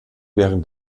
während